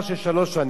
אדוני היושב-ראש,